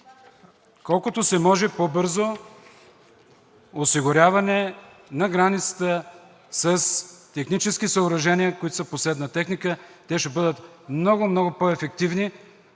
колкото се може по-бързо осигуряване на границата с технически съоръжения, които са последна техника, те ще бъдат много, много по-ефективни